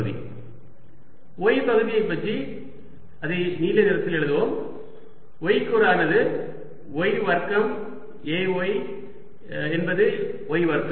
x partL2dydz L2dydzx xL2L2×2L3 y பகுதியைப் பற்றி அதை நீல நிறத்தில் எழுதுவோம் y கூறு ஆனது y வர்க்கம் Ay என்பது y வர்க்கம்